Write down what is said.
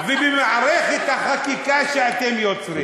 בדמוקרטיה ובמערכת החקיקה שאתם יוצרים.